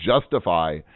justify